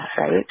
right